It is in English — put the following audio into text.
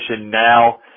now